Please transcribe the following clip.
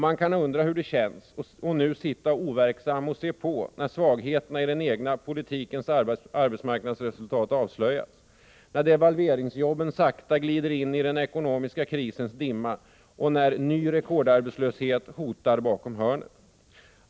Man kan undra hur det känns att nu sitta overksam och se på när svagheterna i den egna politikens arbetsmarknadsresultat avslöjas, när devalveringsjobben sakta glider in i den ekonomiska krisens dimma och när ny rekordarbetslöshet hotar bakom hörnet.